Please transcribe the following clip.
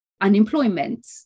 unemployment